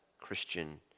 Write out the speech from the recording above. Christian